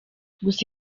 gusa